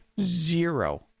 zero